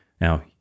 Now